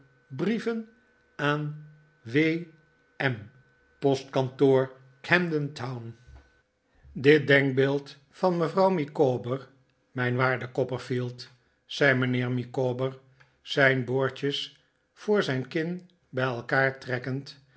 brieven aan w m postkantoor camden town dit denkbeeld van mevrouw micawber mijn waarde copperfield zei mijnheer micawber zijn boordjes voor zijn kin bij elkaar trekkend